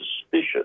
suspicious